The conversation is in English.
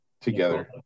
together